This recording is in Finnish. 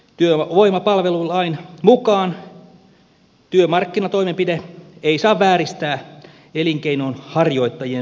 työvoimapalvelulain mukaan työmarkkinatoimenpide ei saa vääristää elinkeinonharjoittajien välistä kilpailua